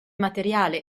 materiale